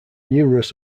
numerous